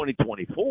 2024